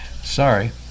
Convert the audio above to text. Sorry